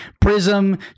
Prism